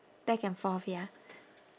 back and forth ya